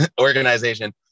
organization